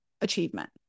achievement